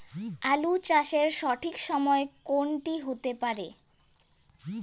আলু চাষের সঠিক সময় কোন টি হতে পারে?